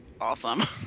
awesome